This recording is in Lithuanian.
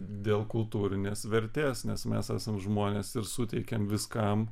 dėl kultūrinės vertės nes mes esam žmonės ir suteikiam viskam